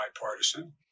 bipartisan